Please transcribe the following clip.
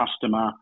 customer